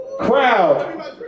crowd